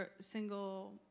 single